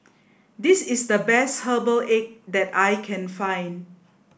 this is the best herbal egg that I can find